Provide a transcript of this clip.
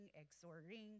exhorting